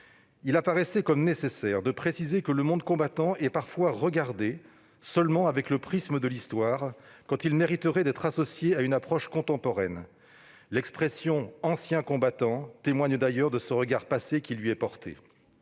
Il apparaissait nécessaire de préciser que le monde combattant est parfois regardé seulement sous le prisme de l'Histoire, quand il mériterait d'être associé à une approche contemporaine. L'expression « anciens combattants » témoigne d'ailleurs de ce regard passé qui est porté